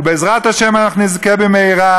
ובעזרת השם אנחנו נזכה במהרה